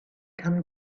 come